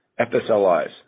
FSLIs